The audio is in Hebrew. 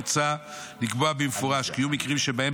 מוצע לקבוע במפורש כי יהיו מקרים שבהם